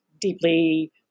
deeply